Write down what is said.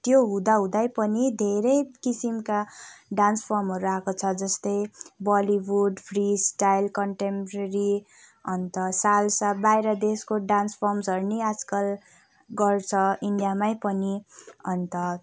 त्यो हुँदाहुँदै पनि धेरै किसिमका डान्स फर्महरू आएको छ जस्तै बलिवुड फ्री स्टाइल्स कन्ट्यामपोरेरी अन्त सालसा बाहिर देशको डान्स फर्महरू पनि आजकल गर्छ इन्डियामै पनि अन्त